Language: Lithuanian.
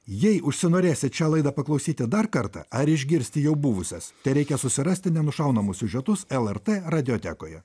jei užsinorėsit šią laidą paklausyti dar kartą ar išgirsti jau buvusias tereikia susirasti nenušaunamus siužetus lrt radiotekoje